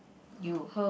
you